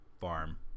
farm